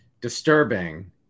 disturbing